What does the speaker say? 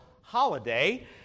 holiday